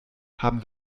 haben